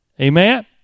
Amen